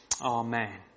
Amen